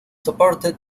supported